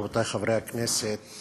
רבותי חברי הכנסת,